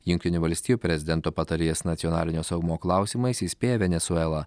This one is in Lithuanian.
jungtinių valstijų prezidento patarėjas nacionalinio saugumo klausimais įspėja venesuelą